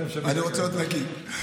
אני רוצה להיות נקי.